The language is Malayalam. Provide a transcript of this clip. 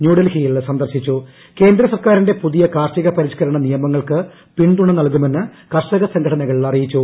ന്യൂഡൽഹിയിൽ കേന്ദ്രസർക്കാരിലെ പുതിയ കാർഷികപരിഷ്കരണ നിയമങ്ങൾക്ക് പിന്തുണ നൽകുമെന്ന് കർഷക സംഘടനകൾ അറിയിച്ചു